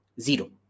Zero